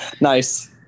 nice